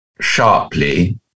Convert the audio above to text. sharply